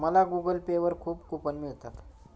मला Google Pay वर खूप कूपन मिळतात